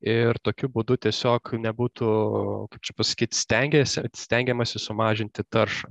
ir tokiu būdu tiesiog nebūtų kaip čia pasakyt stengiesi stengiamasi sumažinti taršą